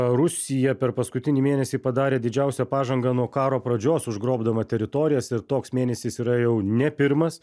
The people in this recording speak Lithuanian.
rusija per paskutinį mėnesį padarė didžiausią pažangą nuo karo pradžios užgrobdama teritorijas ir toks mėnesis yra jau ne pirmas